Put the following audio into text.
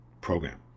program